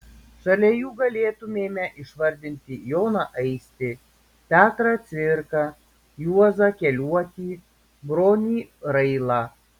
šalia jų galėtumėme išvardinti joną aistį petrą cvirką juozą keliuotį bronį railą